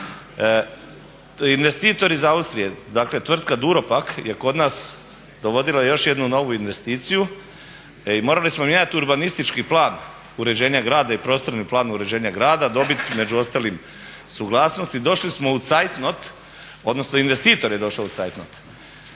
investitor iz Austrije dakle tvrtka Duropack je kod nas dovodila još jednu novu investiciju i morali smo mijenjat urbanistički plan uređenja grada i prostorni plan uređenja grada, dobiti među ostalim suglasnost i došli smo u cajtnot, odnosno investitor je došao u cajtnot.